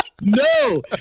No